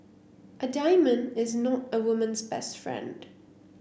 a diamond is not a woman's best friend